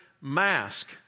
mask